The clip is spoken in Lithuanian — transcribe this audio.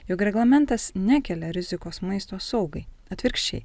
jog reglamentas nekelia rizikos maisto saugai atvirkščiai